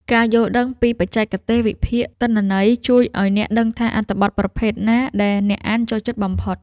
ការយល់ដឹងពីបច្ចេកទេសវិភាគទិន្នន័យ ជួយឱ្យអ្នកដឹងថាអត្ថបទប្រភេទណាដែលអ្នកអានចូលចិត្តបំផុត។